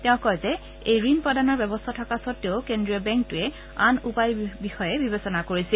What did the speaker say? তেওঁ কয় যে এই ঋণ প্ৰদানৰ ব্যৱস্থা থকা সত্ত্বেও কেন্দ্ৰীয় বেংকটোৱে আন উপায় বিষয়ে বিবেচনা কৰিছিল